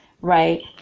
right